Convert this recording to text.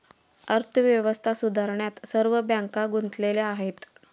अर्थव्यवस्था सुधारण्यात सर्व बँका गुंतलेल्या आहेत